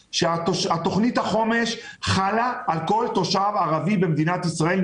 שתוכנית החומש חלה על כל תושב ערבי במדינת ישראל,